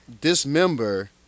dismember